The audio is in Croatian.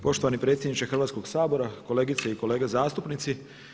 Poštovani predsjedniče Hrvatskoga sabora, kolegice i kolege zastupnici.